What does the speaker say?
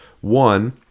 one